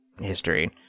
history